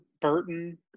burton